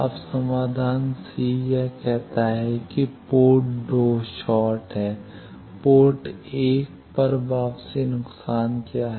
अब समाधान c यह कहता है कि पोर्ट 2 शॉर्ट है पोर्ट 1 पर वापसी नुकसान क्या है